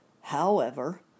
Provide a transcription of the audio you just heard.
However